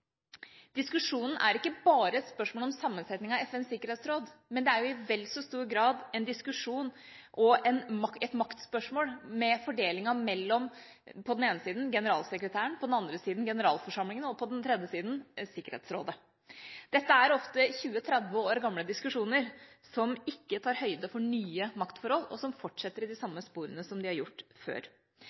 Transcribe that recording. Diskusjonen er ikke bare et spørsmål om sammensetningen av FNs sikkerhetsråd. Den er i vel så stor grad en diskusjon og et maktspørsmål, i og med fordelingen mellom på den ene siden generalsekretæren, på den andre siden generalforsamlingen og på den tredje siden Sikkerhetsrådet. Dette er ofte 20–30 år gamle diskusjoner som ikke tar høyde for nye maktforhold, og som fortsetter i de samme sporene som de har gjort før.